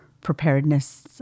preparedness